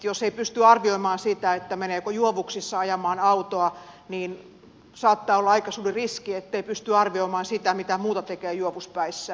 jos ei pysty arvioimaan sitä meneekö juovuksissa ajamaan autoa saattaa olla aika suuri riski ettei pysty arvioimaan sitä mitä muuta tekee juovuspäissään